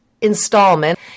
installment